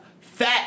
Fat